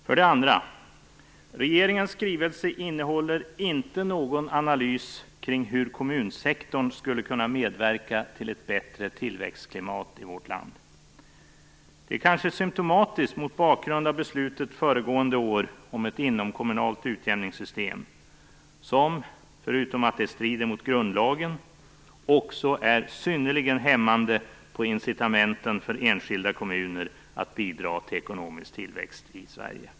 För det andra: Regeringens skrivelse innehåller inte någon analys kring hur kommunsektorn skulle kunna medverka till ett bättre tillväxtklimat i vårt land. Det är kanske symtomatiskt mot bakgrund av beslutet föregående år om ett inomkommunalt utjämningssystem som, förutom att det strider mot grundlagen, också är synnerligen hämmande på incitamenten för enskilda kommuner att bidra till ekonomisk tillväxt i Sverige.